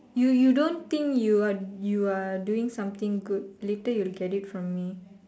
you you don't think you are you are doing something good later you will get it from me